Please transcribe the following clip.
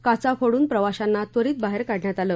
काचा फोडून प्रवाशांना त्वरित बाहेर काढण्यात आले